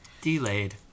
delayed